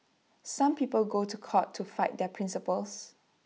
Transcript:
some people go to court to fight their principles